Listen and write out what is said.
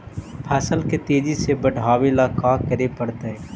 फसल के तेजी से बढ़ावेला का करे पड़तई?